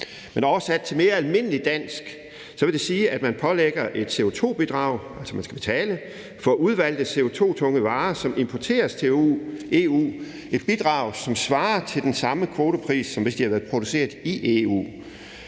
Men oversat til almindeligt dansk vil det sige, at man lægger et CO2-bidrag på udvalgte CO2-tunge varer, som importeres til EU. Det er et bidrag, som svarer til den samme kvotepris, som hvis de havde været produceret i EU.